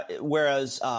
whereas